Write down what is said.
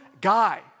guy